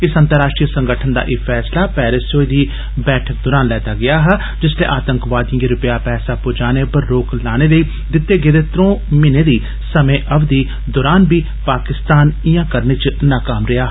इस अंतर्राष्ट्रीय संगठन दा एह् फैसला पेरिस च होई दी बैठक दौरान लैता गेआ हा जिसलै आतंकवादियें गी रपेआ पैहा पजाने उप्पर रोक लाने लेई दित्ते गेदे त्र'ऊं म्हीनें दी समें अवधी दौरान बी ओह इयां करने च नाकाम रेहा